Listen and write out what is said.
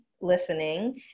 listening